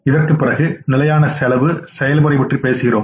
இதற்குப் பிறகு நிலையான செலவு செயல்முறை பற்றி பேசுகிறோம்